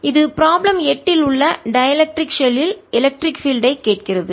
இது ப்ராப்ளம் 8 இல் உள்ள டைஎலெக்ட்ரிக் மின்கடத்தா ஷெல்லில் எலக்ட்ரிக் பீல்ட் ஐ கேட்கிறது